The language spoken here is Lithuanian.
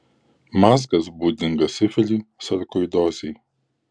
mazgas būdingas sifiliui sarkoidozei